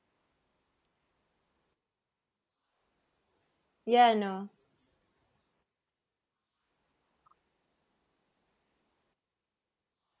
ya no